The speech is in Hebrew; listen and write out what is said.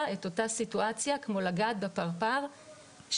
את אותה סיטואציה כמו לגעת בפרפר שהתפרק.